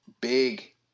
big